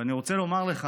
ואני רוצה לומר לך,